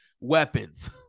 weapons